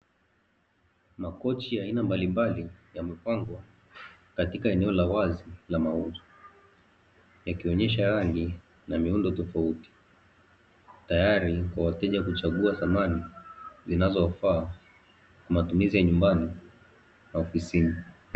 Makochi ya aina mbalimbali yamepangwa kwenye eneo la wazi la mauzo, yakionyesha rangi na miundo tofauti tayari kwa wateja kuchagua samani zinazowafaa kwa matumizi ya nyumbani na ofisini.